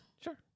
Sure